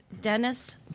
Dennis